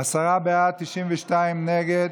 עשרה בעד, 92 נגד.